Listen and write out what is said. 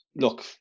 look